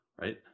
Right